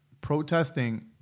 protesting